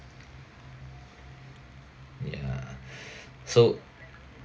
ya so